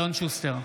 אלון שוסטר,